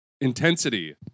Intensity